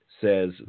says